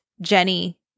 Jenny